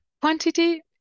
Quantity